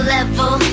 Level